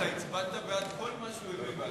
אתה הצבעת בעד כל מה שהוא הביא,